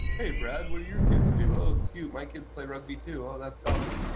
hey, brad, what do your kids do? oh, cute. my kids play rugby too. oh, that's awesome,